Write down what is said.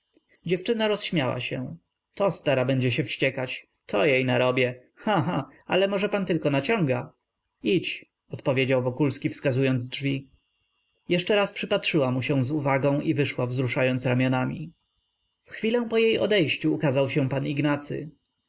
dziewczyna rozśmiała się to stara będzie się wściekać to jej narobię cha cha ale może pan tylko naciąga idź odpowiedział wokulski wskazując drzwi jeszcze raz przypatrzyła mu się z uwagą i wyszła wzruszając ramionami w chwilę po jej odejściu ukazał się pan ignacy